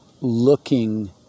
looking